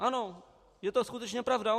Ano, je to skutečně pravda.